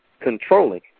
controlling